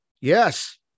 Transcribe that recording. Yes